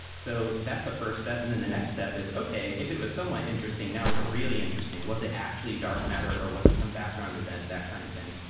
so that's the first step. and then the next step is, okay, if it was somewhat interesting. now, is it really interesting? was it actually dark matter or was it some background event? that kind of thing.